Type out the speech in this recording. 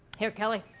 here kelly,